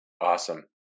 Awesome